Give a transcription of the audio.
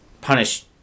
punish